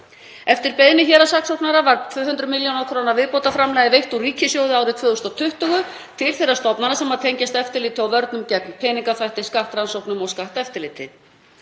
Eftir beiðni héraðssaksóknara var 200 milljóna viðbótarframlag veitt úr ríkissjóði árið 2020 til þeirra stofnana sem tengjast eftirliti og vörnum gegn peningaþvætti, skattrannsóknum og skatteftirliti.